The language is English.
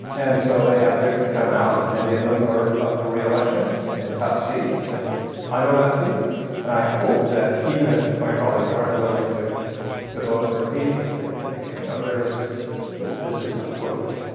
and so they have to come out and many of them are up for re-election in tough seats. and i know that feeling and i hope that even if my colleagues aren't willing to to vote for impeachment they'd think you know there is this is not worth it.